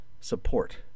support